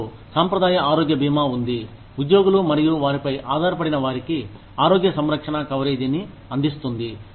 మాకు సాంప్రదాయ ఆరోగ్య బీమా ఉంది ఉద్యోగులు మరియు వారిపై ఆధారపడిన వారికి ఆరోగ్య సంరక్షణ కవరేజీని అందిస్తుంది